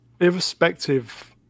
irrespective